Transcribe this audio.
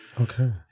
Okay